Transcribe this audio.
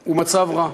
הוא מצב רע.